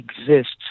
exists